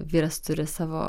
vyras turi savo